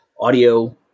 audio